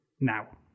Now